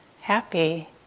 happy